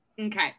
Okay